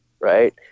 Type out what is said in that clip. right